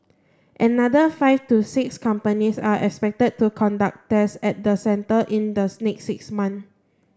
another five to six companies are expected to conduct tests at the centre in the next six months